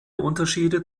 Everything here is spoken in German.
unterschiede